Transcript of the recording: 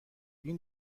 این